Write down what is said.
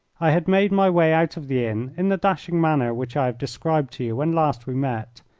i had made my way out of the inn in the dashing manner which i have described to you when last we met,